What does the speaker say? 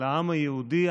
לעם היהודי.